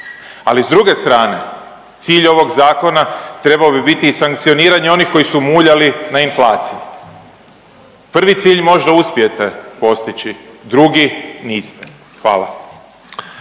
Ali s druge strane, cilj ovog zakona trebao bi biti i sankcioniranje onih koji su muljali na inflaciji. Prvi cilj možda uspijete postići. Drugi niste. Hvala.